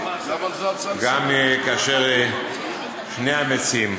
גם כאשר שני המציעים,